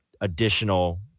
additional